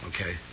Okay